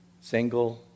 single